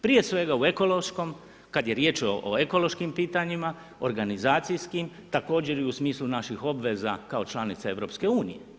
Prije svega u ekološkom, kada je riječ o ekološkim pitanjima, organizacijskim, također i u smislu naših obveza kao članica EU.